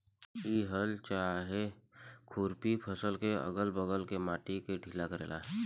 इ हल चाहे खुरपी फसल के अगल बगल के माटी ढीला करेला